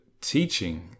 teaching